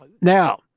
Now